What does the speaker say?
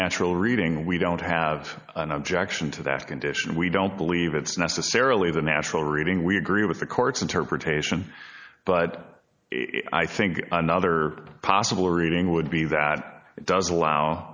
natural reading we don't have an objection to that condition we don't believe it's necessarily the natural reading we agree with the court's interpretation but i think another possible reading would be that it does allow